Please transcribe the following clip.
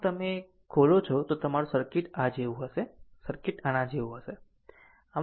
આમ જો તમે તેને ખોલો છો તો તમારું સર્કિટ આ જેવું હશે આ સર્કિટ આ જેવું હશે